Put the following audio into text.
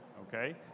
Okay